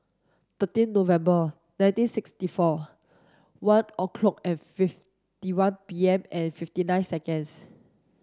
thirteen November nineteen sixty four one o'clock and fifty one P M and fifty nine seconds